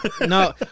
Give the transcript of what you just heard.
no